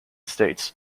states